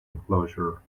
enclosure